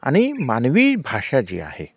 आणि मानवी भाषा जी आहे